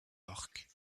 york